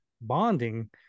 Bonding